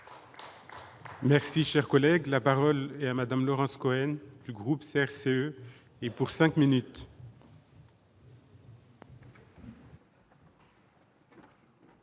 Merci, cher collègue, la parole est à madame Laurence Cohen du groupe CRC et pour 5 minutes.